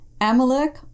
Amalek